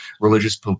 religious